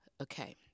Okay